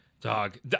Dog